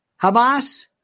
Hamas